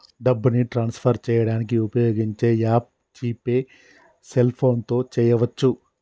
డబ్బుని ట్రాన్స్ఫర్ చేయడానికి ఉపయోగించే యాప్ జీ పే సెల్ఫోన్తో చేయవచ్చు